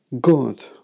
God